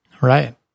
Right